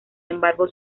embargo